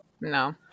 No